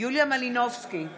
יוליה מלינובסקי קונין,